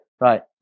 right